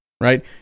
right